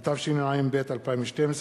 התשע"ב 2012,